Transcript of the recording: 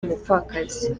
umupfakazi